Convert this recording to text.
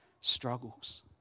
struggles